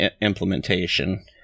implementation